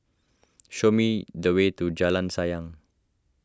show me the way to Jalan Sayang